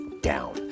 down